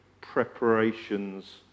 preparations